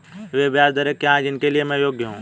वे ब्याज दरें क्या हैं जिनके लिए मैं योग्य हूँ?